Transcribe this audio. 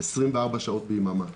שיפעל 24 שעות ביממה.